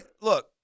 look